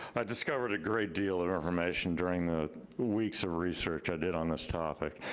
i discovered a great deal of information during the weeks of research i did on this topic.